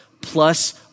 plus